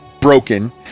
broken